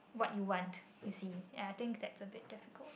what you want you see and I think that's a bit difficult